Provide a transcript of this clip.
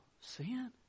sin